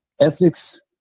Ethics